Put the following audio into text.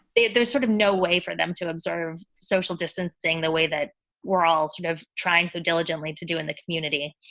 there's sort of no way for them to observe social distancing the way that we're all sort of trying so diligently to do in the community.